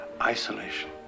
isolation